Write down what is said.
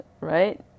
right